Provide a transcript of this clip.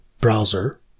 browser